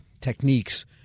techniques